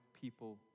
people